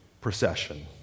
procession